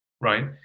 right